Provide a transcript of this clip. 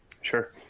Sure